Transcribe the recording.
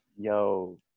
yo